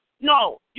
No